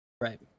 Right